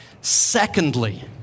Secondly